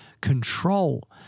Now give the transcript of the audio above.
control